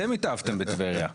אתם התאהבתם בטבריה.